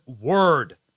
word